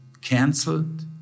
cancelled